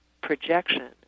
projection